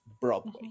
Broadway